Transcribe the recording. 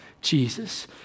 Jesus